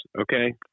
okay